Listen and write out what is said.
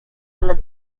ale